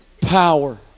power